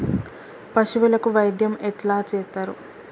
పశువులకు వైద్యం ఎట్లా చేత్తరు?